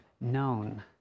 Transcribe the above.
known